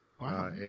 Wow